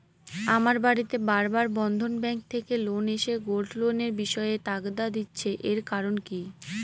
আমার বাড়িতে বার বার বন্ধন ব্যাংক থেকে লোক এসে গোল্ড লোনের বিষয়ে তাগাদা দিচ্ছে এর কারণ কি?